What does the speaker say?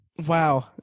Wow